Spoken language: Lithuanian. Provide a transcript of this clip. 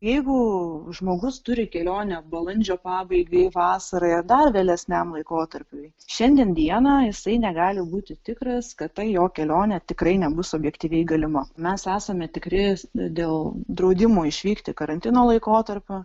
jeigu žmogus turi kelionę balandžio pabaigai vasarai ar dar vėlesniam laikotarpiui šiandien dieną jisai negali būti tikras kad ta jo kelionė tikrai nebus objektyviai galima mes esame tikri dėl draudimo išvykti karantino laikotarpiu